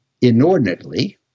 inordinately